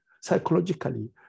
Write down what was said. psychologically